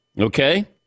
Okay